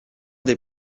des